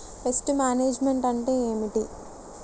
Pest management అంటే ఏమిటి?